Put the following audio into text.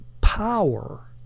power